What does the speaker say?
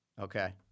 Okay